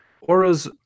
auras